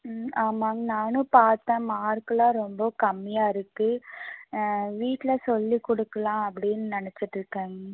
ம் ஆமாம்ங்க நானும் பார்த்தேன் மார்க்குலாம் ரொம்ப கம்மியாக இருக்கு வீட்டில் சொல்லி கொடுக்கலாம் அப்படின்னு நினச்சிட்டு இருக்கேங்க